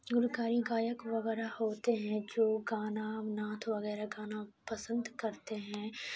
گلوکاری گائک وغیرہ ہوتے ہیں جو گانا نعت وغیرہ گانا پسند کرتے ہیں